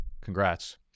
Congrats